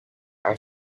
are